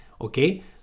okay